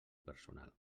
personal